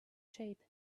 shape